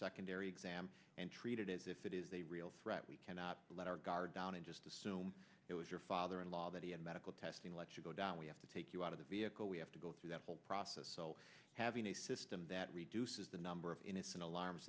secondary exam and treated as if it is a real threat we cannot let our guard down and just assume it was your father in law that he had medical testing let you go down we have to take you out of the vehicle we have to go through that whole process so having a system that reduces the number of innocent alarms